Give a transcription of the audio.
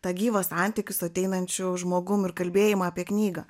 tą gyvą santykį su ateinančiu žmogum ir kalbėjimą apie knygą